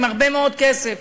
עם הרבה מאוד כסף.